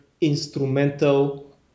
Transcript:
instrumental